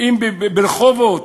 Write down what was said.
אם ברחובות